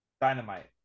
Dynamite